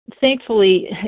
thankfully